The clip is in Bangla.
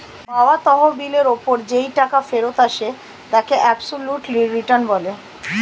পাওয়া তহবিলের ওপর যেই টাকা ফেরত আসে তাকে অ্যাবসোলিউট রিটার্ন বলে